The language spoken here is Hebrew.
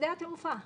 לשדה התעופה.